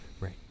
right